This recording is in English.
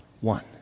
one